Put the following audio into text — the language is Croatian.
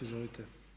Izvolite.